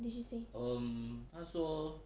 what did she say